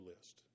list